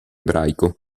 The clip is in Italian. ebraico